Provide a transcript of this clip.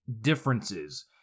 differences